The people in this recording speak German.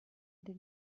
den